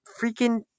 freaking